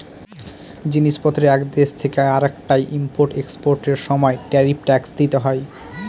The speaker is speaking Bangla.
জিনিস পত্রের এক দেশ থেকে আরেকটায় ইম্পোর্ট এক্সপোর্টার সময় ট্যারিফ ট্যাক্স দিতে হয়